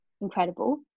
incredible